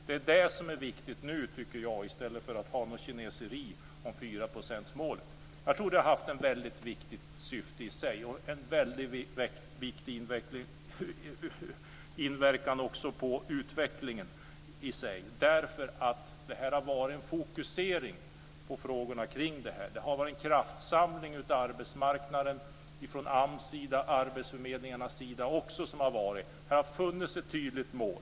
Det är det som är viktigt nu, i stället för att ha något kineseri om Målet har haft ett viktigt syfte i sig. Det har haft en viktig inverkan på utvecklingen i sig. Det har varit en fokusering på frågorna kring detta. Det har varit en kraftsamling av arbetsmarknaden från AMS:s sida, arbetsförmedlingarnas sida. Det har funnits ett tydligt mål.